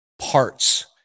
parts